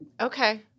Okay